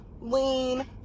lean